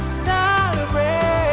celebrate